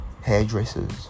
hairdressers